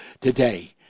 today